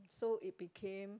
so it became